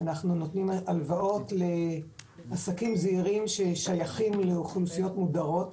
אנחנו נותנים הלוואות לעסקים זעירים ששייכים לאוכלוסיות מודרות,